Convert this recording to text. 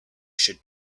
should